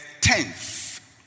tenth